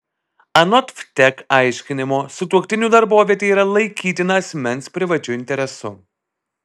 anot vtek aiškinimo sutuoktinio darbovietė yra laikytina asmens privačiu interesu